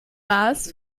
maß